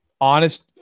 honest